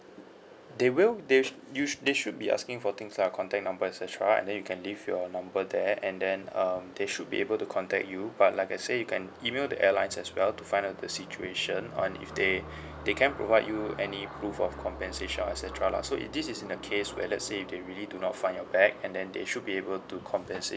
they will they sh~ you sh~ they should be asking for things lah contact number et cetera and then you can leave your number there and then um they should be able to contact you but like I say you can email the airlines as well to find out the situation on if they they can provide you any prove of compensation et cetera lah so if this is in a case where let's say if they really do not find your bag and then they should be able to compensate